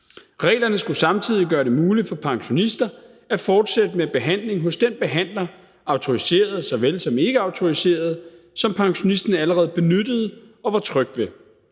Reglerne skulle samtidig gøre det muligt for pensionister at fortsætte med behandling hos den behandler, autoriseret såvel som ikkeautoriseret, som pensionisten allerede benyttede og var tryg ved.